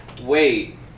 Wait